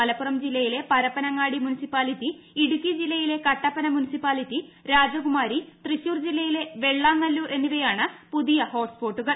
മലപ്പുറം ജില്ലയിലെ പരപ്പനങ്ങാടി മുൻസിപ്പാലിറ്റി ഇടുക്കി ജില്ലയിലെ കട്ടപ്പന മുർപ്പിപ്പാലിറ്റി രാജകുമാരി തൃശൂർ ജില്ലയിലെ വെള്ളാങ്ങള്ലൂർ എന്നിവയാണ് പുതിയ ഹോട്ട് സ് പോട്ടുകൾ